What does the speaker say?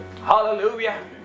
hallelujah